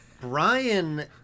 Brian